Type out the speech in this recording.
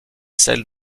celle